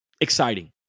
exciting